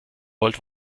wollt